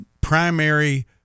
primary